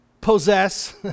possess